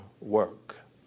work